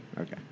Okay